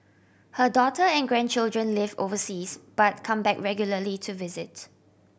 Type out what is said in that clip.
her daughter and grandchildren live overseas but come back regularly to visit